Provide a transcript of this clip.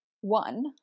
one